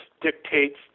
dictates